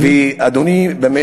אדוני.